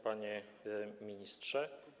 Panie Ministrze!